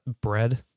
bread